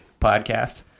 podcast